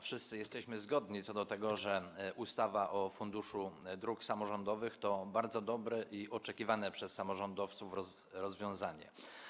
Wszyscy jesteśmy zgodni co do tego, że ustawa o Funduszu Dróg Samorządowych to bardzo dobre i oczekiwane przez samorządowców rozwiązanie.